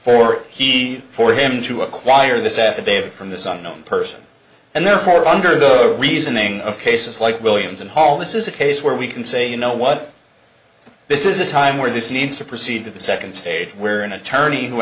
for he for him to acquire this affidavit from this on own person and therefore under the reasoning of cases like williams and hall this is a case where we can say you know what this is a time where this needs to proceed to the second stage where an attorney who